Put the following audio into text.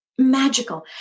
Magical